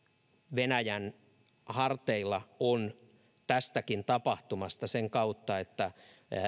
venäjän harteilla on tästäkin tapahtumasta sen kautta että